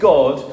God